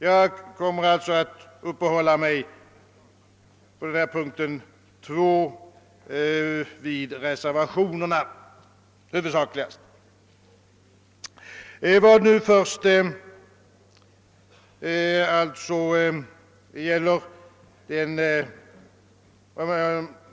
På den punkt som vi nu behandlar kommer jag därför huvudsakligen att uppehålla mig vid reservationerna.